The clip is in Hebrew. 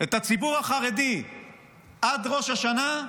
את הציבור החרדי עד ראש השנה,